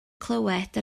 clywed